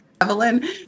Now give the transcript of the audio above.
Evelyn